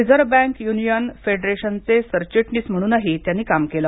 reserve bank union फेडरेशनचे सरचिटणीस म्हणूनही त्यांनी काम केल